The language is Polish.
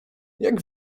jak